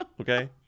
Okay